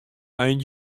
ein